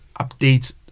update